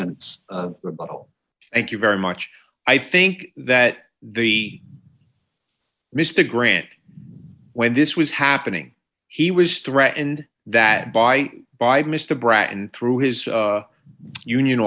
minutes rebuttal thank you very much i think that the mr grant when this was happening he was threatened that by by mr brett and through his union